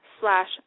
slash